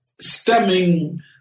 stemming